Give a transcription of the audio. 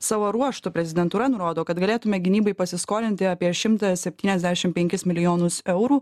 savo ruožtu prezidentūra nurodo kad galėtume gynybai pasiskolinti apie šimtą septyniasdešim penkis milijonus eurų